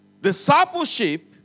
discipleship